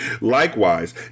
Likewise